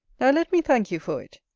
now let me thank you for it,